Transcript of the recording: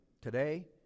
today